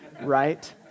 right